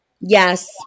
Yes